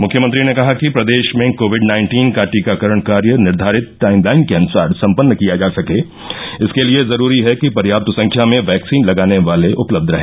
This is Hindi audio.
मुख्यमंत्री ने कहा कि प्रदेश में कोविड नाइन्टीन का टीकाकरण कार्य निर्धारित टाइमलाइन के अनुसार सम्पन्न किया जा सके इसके लिये जरूरी है कि पर्याप्त संख्या में वैक्सीन लगाने वाले उपलब्ध रहे